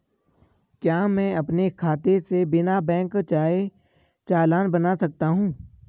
क्या मैं अपने खाते से बिना बैंक जाए चालान बना सकता हूँ?